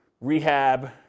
rehab